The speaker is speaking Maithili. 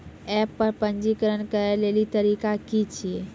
एप्प पर पंजीकरण करै लेली तरीका की छियै?